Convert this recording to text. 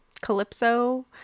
Calypso